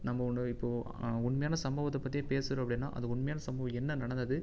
நம்ம ஒன்று இப்போ உண்மையான சம்பவத்தைப் பற்றி பேசறோம் அப்படின்னா அது உண்மையான சம்பவம் என்ன நடந்தது